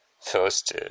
first